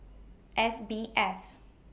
S B F